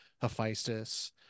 Hephaestus